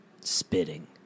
Spitting